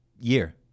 year